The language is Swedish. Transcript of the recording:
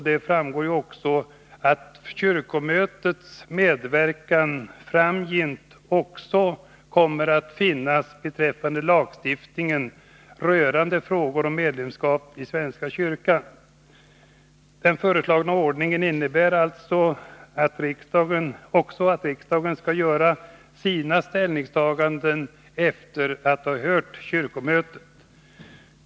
Det framgår av förslagen att kyrkomötet också framgent kommer att medverka i lagstiftningen rörande frågor om medlemskap i svenska kyrkan. Den föreslagna ordningen innebär också att riksdagen skall göra sina ställningstaganden efter att ha hört kyrkomötet.